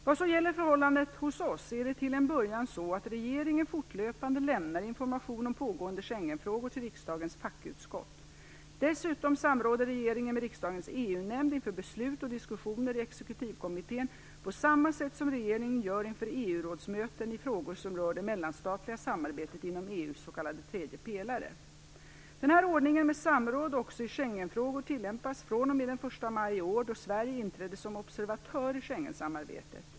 Vad så gäller förhållandena hos oss är det till en början så att regeringen fortlöpande lämnar information om pågående Schengenfrågor till riksdagens fackutskott. Dessutom samråder regeringen med riksdagens EU-nämnd inför beslut och diskussioner i exekutivkommittén på samma sätt som regeringen gör inför EU-rådsmöten i frågor som rör det mellanstatliga samarbetet inom EU:s s.k. tredje pelare. Denna ordning, med samråd också i Schengenfrågor, tillämpas fr.o.m. den 1 maj i år, då Sverige inträdde som observatör i Schengensamarbetet.